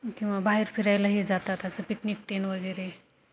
किंवा बाहेर फिरायलाही जातात असं पिकनिक तेन वगैरे